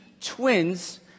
twins